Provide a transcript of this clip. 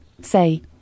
say